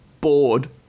bored